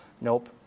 Nope